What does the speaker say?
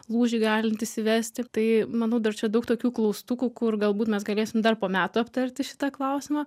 lūžį galintys įvesti tai manau dar čia daug tokių klaustukų kur galbūt mes galėsim dar po metų aptarti šitą klausimą